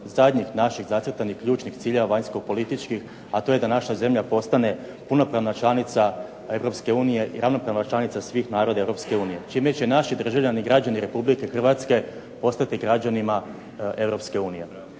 zadnjih naših zacrtanih ključnih ciljeva vanjsko-političkih, a to je da naša zemlja postane punopravna članica Europske unije i ravnopravna članica svih naroda Europske unije čime će i naši državljani i građani Republike Hrvatske postati građanima Europske unije.